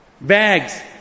bags